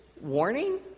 warning